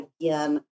again